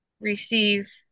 receive